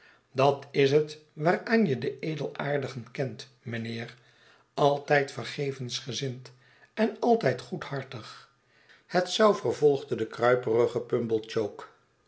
dat is het waaraan je de edelaardigen kent mijnheer altijd vergevensgezind en altijd goedhartig het zoo vervolgde de kruiperige pumblechook